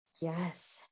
Yes